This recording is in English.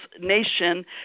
nation